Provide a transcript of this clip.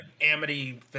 Amity